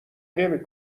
نمی